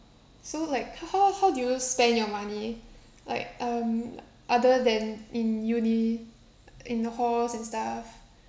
so like how how how do you spend your money like um other than in uni in halls and stuff